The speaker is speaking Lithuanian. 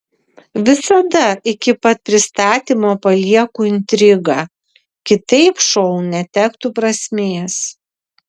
visada iki pat pristatymo palieku intrigą kitaip šou netektų prasmės